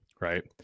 Right